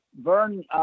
Vern